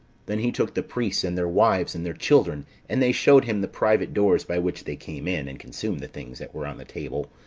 then he took the priests, and their wives, and their children and they shewed him the private doors by which they came in, and consumed the things that were on the table.